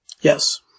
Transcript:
Yes